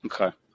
Okay